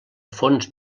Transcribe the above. fons